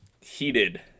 heated